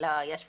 לא, יש פה.